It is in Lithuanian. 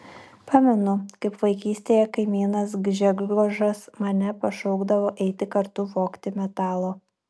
pamenu kaip vaikystėje kaimynas gžegožas mane pašaukdavo eiti kartu vogti metalo